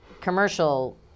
commercial